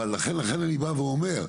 אבל לכן אני בא ואומר,